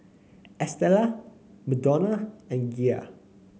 Estella Madonna and Gia